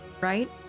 right